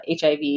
HIV